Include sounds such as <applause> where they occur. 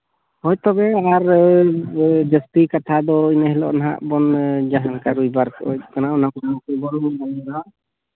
ᱦᱳᱭ ᱛᱚᱵᱮ ᱚᱱᱟ ᱟᱨ ᱡᱟᱹᱥᱛᱤ ᱠᱟᱛᱷᱟ ᱫᱚ ᱤᱱᱟᱹ ᱦᱤᱞᱳᱜ ᱱᱟᱦᱟᱸᱜ ᱵᱚᱱ ᱡᱟᱦᱟᱸ ᱞᱮᱠᱟ ᱨᱚᱵᱤᱵᱟᱨ ᱚᱱᱟ ᱠᱚᱫᱚ <unintelligible>